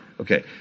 Okay